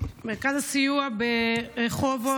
הפסקת פעילות מרכז הסיוע לנפגעות ונפגעי תקיפה מינית ברחובות.